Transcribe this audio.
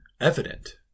evident